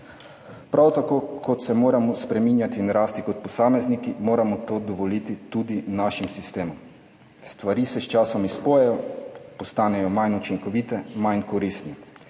Prav tako, kot se moramo spreminjati in rasti kot posamezniki, moramo to dovoliti tudi našim sistemom. Stvari se s časom izpojejo, postanejo manj učinkovite, manj koristne.